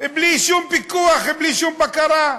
בלי שום פיקוח, בלי שום בקרה.